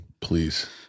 Please